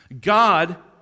God